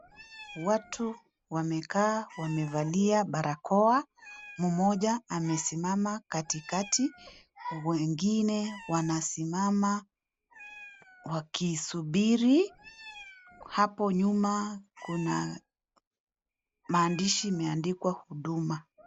Watu wamekaa wamevalia barakoa, mmoja amesimama katikati, wengine wanasimama wakisubiri. Hapo nyuma kuna maandishi yameandikwa huduma.